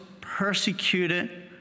persecuted